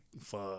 fuck